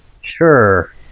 Sure